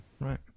Right